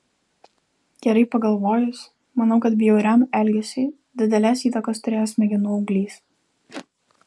gerai pagalvojus manau kad bjauriam elgesiui didelės įtakos turėjo smegenų auglys